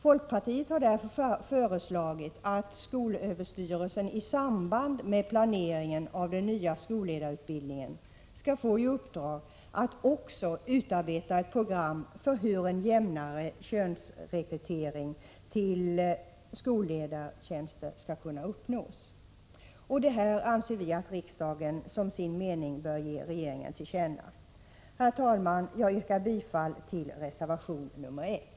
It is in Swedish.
Folkpartiet har därför föreslagit att skolöverstyrelsen i samband med planeringen av den nya skolledarutbildningen skall få i uppdrag att också utarbeta ett program för hur en jämnare rekrytering till skolledartjänster skall kunna uppnås. Detta anser vi att riksdagen bör som sin mening ge regeringen till känna. Herr talman! Jag yrkar bifall till reservation nr 1.